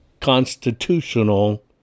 Constitutional